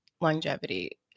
longevity